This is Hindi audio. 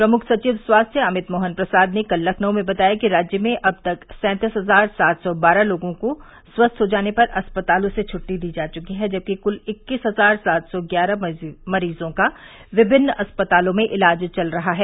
प्रमुख सचिव स्वास्थ्य अमित मोहन प्रसाद ने कल लखनऊ में बताया कि राज्य में अब तक सैंतीस हजार सात सौ बारह लोगों को स्वस्थ हो जाने पर अस्पतालों से छुट्टी दी जा चुकी है जबकि क्ल इक्कीस हजार सात सौ ग्यारह मरीजों का विभिन्न अस्पतालों में इलाज चल रहा है